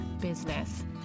business